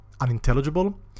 unintelligible